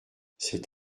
cet